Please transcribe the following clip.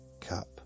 Cup